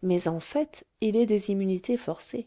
mais en fait il est des immunités forcées